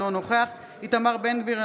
אינו נוכח איתמר בן גביר,